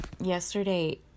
Yesterday